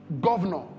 governor